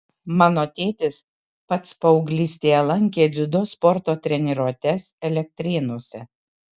mano tėtis pats paauglystėje lankė dziudo sporto treniruotes elektrėnuose